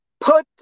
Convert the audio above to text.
Put